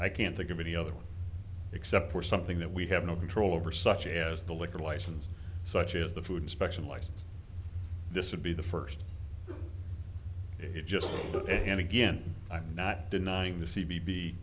i can't think of any other except for something that we have no control over such as the liquor license such as the food inspection license this would be the first it just and again i'm not denying the c b